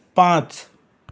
पांच